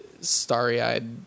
starry-eyed